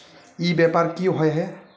ई व्यापार की होय है?